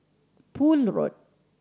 Poole Road